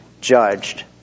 judged